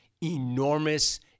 enormous